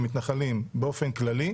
המתנחלים באופן כללי.